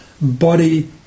body